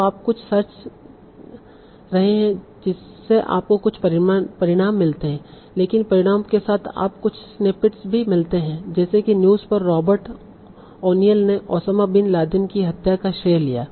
तो आप कुछ सर्च रहे हैं जिससे आपको कुछ परिणाम मिलते हैं लेकिन परिणामों के साथ आपको कुछ स्निप्पेट्स भी मिलते हैं जैसे की न्यूज़ पर रॉबर्ट ओनिएल ने ओसामा बिन लादेन की हत्या का श्रेय लिया